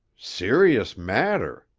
serious matter,